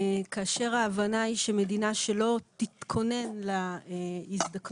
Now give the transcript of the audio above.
כאשר ההבנה היא שמדינה שלא תתכונן להזדקנות,